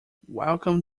welcome